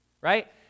right